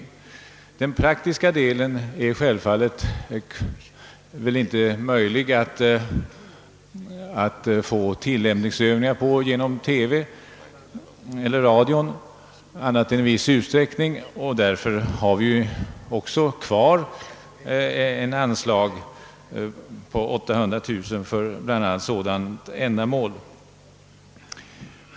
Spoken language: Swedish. I fråga om den praktiska delen är det självfallet inte möjligt att åstadkomma tillämpningsövningar i TV eller radio annat än i viss utsträckning, och därför kvarstår också anslag på 800 000 kronor för detta ändamål.